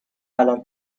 الان